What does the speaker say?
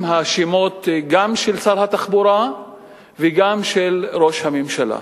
השמות גם של שר התחבורה וגם של ראש הממשלה.